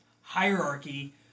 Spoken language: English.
hierarchy